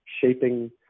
shaping